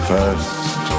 First